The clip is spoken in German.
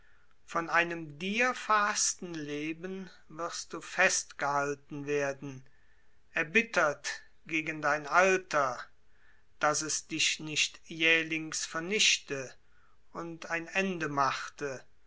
von einem dir verhaßten leben wirst du festgehalten werden erbittert gegen dein alter daß es dich nicht jählings vernichte und ein ende machte